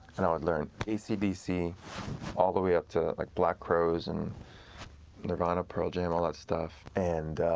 and i would learn acdc all the way up to like black crows, and nirvana, pearl jam, all that stuff. and